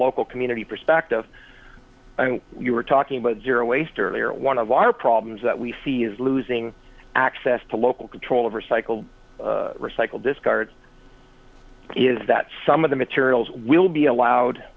local community perspective we're talking about zero waste earlier one of our problems that we see is losing access to local control of recycle recycle discard is that some of the materials will be allowed